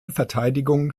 verteidigung